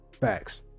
Facts